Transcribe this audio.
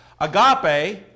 agape